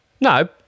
no